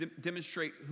demonstrate